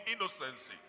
innocency